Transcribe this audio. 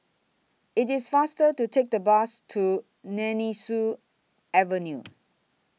IT IS faster to Take The Bus to Nemesu Avenue